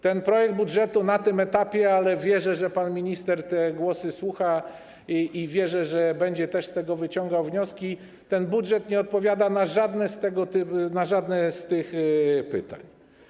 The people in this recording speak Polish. Ten projekt budżetu na tym etapie - ale wierzę, że pan minister tych głosów słucha, i wierzę, że będzie też z tego wyciągał wnioski - ten budżet nie odpowiada na żadne z tych pytań.